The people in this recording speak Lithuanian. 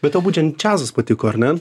be tau būtent džiazas patiko ar ne